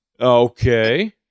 Okay